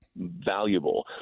valuable